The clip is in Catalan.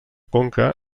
conca